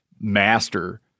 master